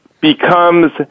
becomes –